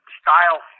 style